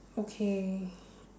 okay